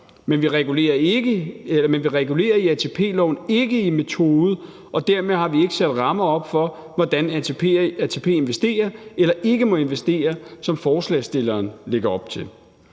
Men vi regulerer i ATP-loven og ikke i en metode, og dermed har vi heller ikke sat rammer op for, hvordan ATP investerer eller ikke må investere, sådan som forslagsstillerne lægger op til.